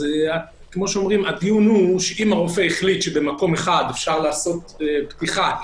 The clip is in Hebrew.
אם הרופא החליט שבמקום אחד אפשר לעשות פתיחה,